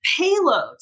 payloads